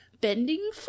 bending